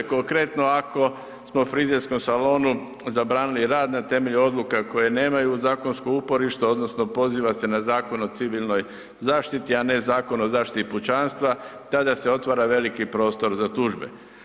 Konkretno, ako smo frizerskom salonu zabranili rad na temelju odluka koje nemaju zakonsko uporište, odnosno poziva se na Zakon o civilnoj zaštiti, a ne Zakon o zaštiti pučanstva, tada se otvara veliki prostor za tužbe.